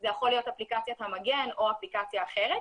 זו יכולה להיות אפליקציית המגן או אפליקציה אחרת.